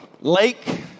Lake